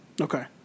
Okay